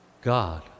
God